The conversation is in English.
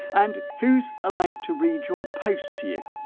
and who's allowed to read your post to you?